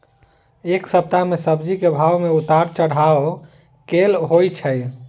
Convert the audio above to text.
एक सप्ताह मे सब्जी केँ भाव मे उतार चढ़ाब केल होइ छै?